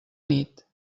nit